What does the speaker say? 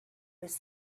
was